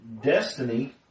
destiny